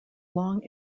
long